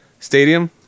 stadium